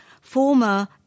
former